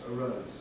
arose